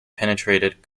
penetrated